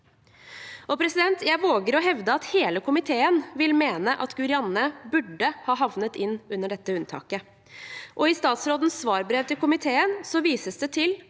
arbeidsforsøk. Jeg våger å hevde at hele komiteen vil mene at Guri Anne burde ha havnet inn under dette unntaket. I statsrådens svarbrev til komiteen vises det til